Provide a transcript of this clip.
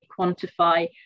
quantify